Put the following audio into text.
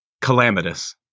Calamitous